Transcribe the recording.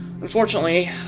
unfortunately